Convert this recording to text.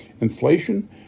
Inflation